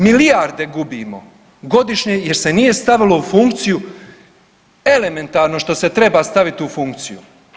Milijarde gubimo godišnje jer se nije stavilo u funkciju elementarno što se treba staviti u funkciju.